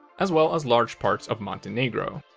as well as large parts of montenegro.